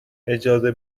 اجازه